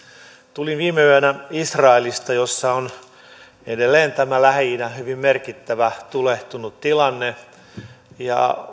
tulin viime yönä israelista missä on edelleen tämä lähi idän hyvin merkittävä tulehtunut tilanne ja